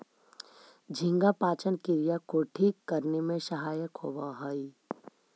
झींगा पाचन क्रिया को ठीक करने में सहायक होवअ हई